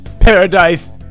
Paradise